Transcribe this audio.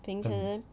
平时